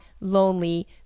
lonely